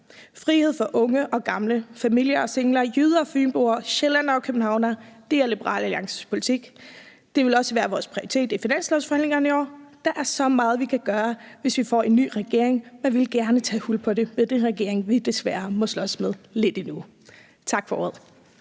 Frihed for unge og gamle, familier og singler, jyder og fynboer, sjællændere og københavnere er Liberal Alliances politik. Det vil også være vores prioritet i finanslovsforhandlingerne i år. Der er så meget, vi kan gøre, hvis vi får en ny regering, men vi vil gerne tage hul på det med den regering, vi desværre må slås med lidt endnu. Tak for ordet.